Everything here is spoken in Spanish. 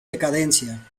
decadencia